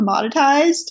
commoditized